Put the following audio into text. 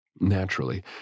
Naturally